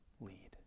lead